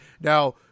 Now